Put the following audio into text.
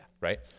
Right